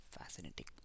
fascinating